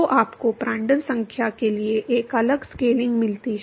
तो आपको प्रांड्टल संख्या के लिए एक अलग स्केलिंग मिलती है